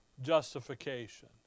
justification